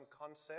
concept